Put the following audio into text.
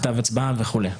כתב הצבעה וכולי.